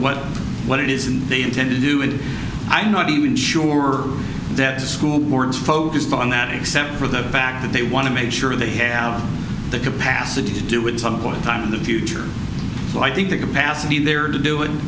what what it is and they intend to do and i'm not even sure that the school boards focused on that except for the fact that they want to make sure they have the capacity to do with some point in time in the future so i think the capacity there to do